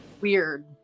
weird